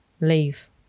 leave